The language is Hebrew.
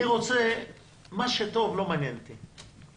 מה שטוב לא מעניין אותי.